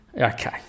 Okay